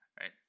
right